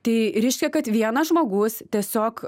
tai reiškia kad vienas žmogus tiesiog